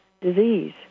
disease